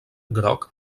groc